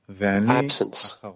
Absence